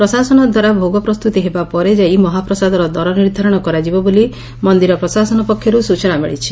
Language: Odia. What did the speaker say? ପ୍ରଶାସନ ଦ୍ୱାରା ଭୋଗ ପ୍ରସ୍ତୁତି ହେବା ପରେ ଯାଇ ମହାପ୍ରସାଦର ଦର ନିର୍ଦ୍ଧାରଣ କରାଯିବ ବୋଲି ମନ୍ଦିର ପ୍ରଶାସନ ପକ୍ଷରୁ ସ୍ଚନା ମିଳିଛି